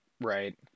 Right